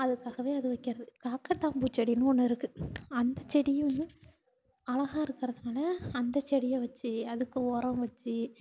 அதுக்காகவே அது வைக்கிறது காக்கட்டான் பூச்செடின்னு ஒன்று இருக்குது அந்த செடியும் வந்து அழகா இருக்கிறதுனால அந்த செடியை வச்சு அதுக்கு உரோம் வச்சு